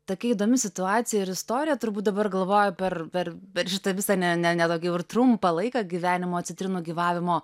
tokia įdomi situacija ir istorija turbūt dabar galvoju per per per šitą visą ne ne netokį ir trumpą laiką gyvenimo citrinų gyvavimo